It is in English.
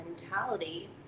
mentality